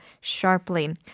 sharply